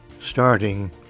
starting